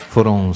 Foram